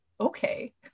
okay